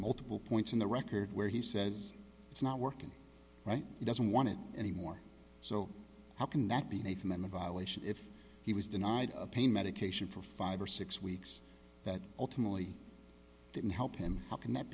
multiple points in the record where he says it's not working right he doesn't want it anymore so how can that be nathan then the violation if he was denied pain medication for five or six weeks that ultimately didn't help him how can that